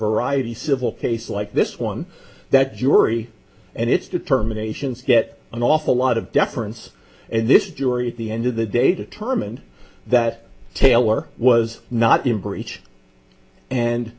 variety civil case like this one that jury and its determinations get an awful lot of deference and this jury at the end of the day determined that taylor was not in breach and